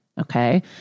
Okay